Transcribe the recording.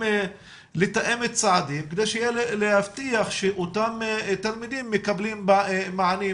את הצעדים כדי שאפשר יהיה להבטיח שאותם תלמידים מקבלים מענים,